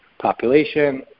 population